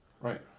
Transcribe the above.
Right